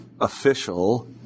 official